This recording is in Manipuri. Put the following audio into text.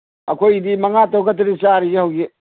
ꯑꯩꯈꯣꯏꯒꯤꯗꯤ ꯃꯉꯥ ꯇꯔꯨꯛꯈꯛꯇꯅꯤ ꯆꯥꯔꯤꯁꯦ ꯍꯧꯖꯤꯛ